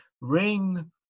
ring